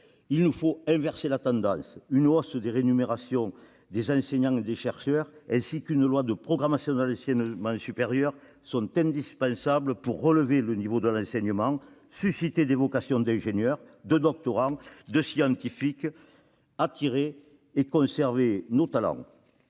Il nous faut inverser la tendance. Une hausse des rémunérations des enseignants et des chercheurs ainsi qu'une loi de programmation de l'enseignement supérieur sont indispensables pour relever le niveau de l'enseignement, susciter des vocations d'ingénieurs, de doctorants, de scientifiques, attirer et conserver nos talents.